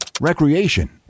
recreation